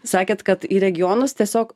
sakėt kad į regionus tiesiog